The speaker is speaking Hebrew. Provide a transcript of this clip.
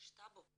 יש טאבו.